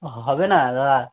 হবে না দাদা